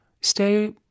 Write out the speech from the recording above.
stay